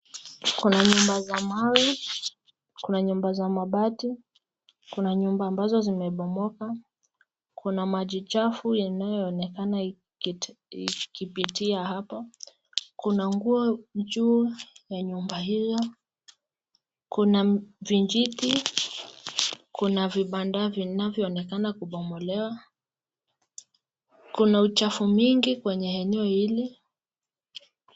Kuna nyumba za mawe, kuna nyumba za mabati, kuna nyumba ambazo zimebomoka. Kuna maji chafu yanayoonekana ikipitia hapo. Kuna nguo juu ya nyumba hiyo. Kuna vijiti, kuna vibanda vinavyoonekana kubomolewa. Kuna uchafu mingi kwenye eneo hili.